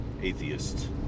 atheist